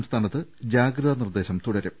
സംസ്ഥാനത്ത് ജാഗ്രതാ നിർദേശം തുടരും